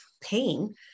pain